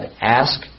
ask